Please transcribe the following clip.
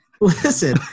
Listen